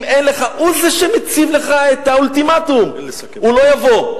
הוא זה שמציב לך את האולטימטום: הוא לא יבוא,